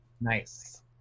Nice